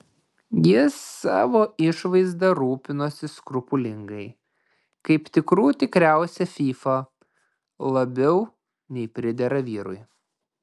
jis savo išvaizda rūpinasi skrupulingai kaip tikrų tikriausia fyfa labiau nei pridera vyrui